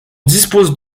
dispose